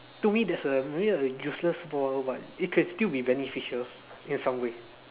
to me that's a really a useless superpower but it still can be beneficial in some way